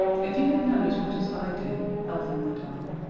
if you had known as much as i do, elfin went on,